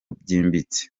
byimbitse